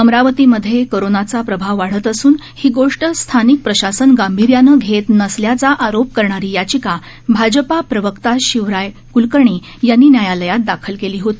अमरावतीमध्ये कोरोनाचा प्रभाव वाढत असून ही गोष्ट स्थानिक प्रशासन गांभीर्यानं घेत नसल्याचा आरोप करणारी याचिका भाजपा प्रवक्ता शिवराय क्लकर्णी यांनी न्यायालयात दाखल केली होती